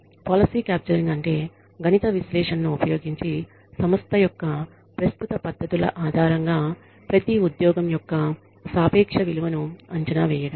policy capturing అంటే గణిత విశ్లేషణను ఉపయోగించి సంస్థ యొక్క ప్రస్తుత పద్ధతుల ఆధారంగా ప్రతి ఉద్యోగం యొక్క సాపేక్ష విలువను అంచనా వేయడం